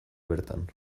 bertan